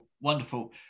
Wonderful